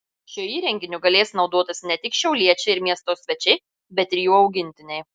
šiuo įrenginiu galės naudotis ne tik šiauliečiai ir miesto svečiai bet ir jų augintiniai